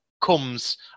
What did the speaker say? comes